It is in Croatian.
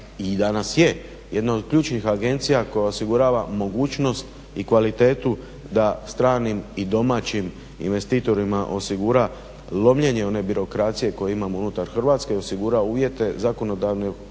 i danas je jedna od ključnih agencija koja osigurava mogućnost i kvalitetu da stranim i domaćim investitorima osigura lomljenje one birokracije koju imamo unutar Hrvatske i osigura uvjete zakonodavne provedbe